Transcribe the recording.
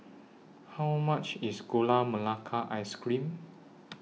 How much IS Gula Melaka Ice Cream